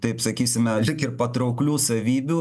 taip sakysime lyg ir patrauklių savybių